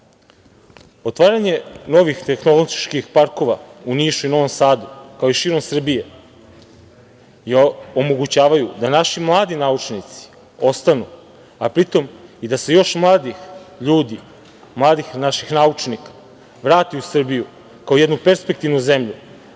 Sinofarm. Otvaranje novih tehnoloških parkova u Nišu i Novom Sadu, kao i širom Srbije, omogućavaju da naši mladi naučnici ostanu, a pri tome da se još mladih ljudi, mladih naših naučnika vrati u Srbiju kao jednu perspektivnu zemlju